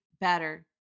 better